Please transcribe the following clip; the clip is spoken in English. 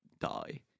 die